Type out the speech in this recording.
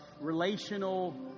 relational